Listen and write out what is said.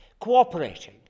cooperating